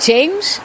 James